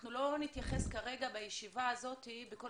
אנחנו לא נתייחס כרגע בישיבה הזאת בכל